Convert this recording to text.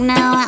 Now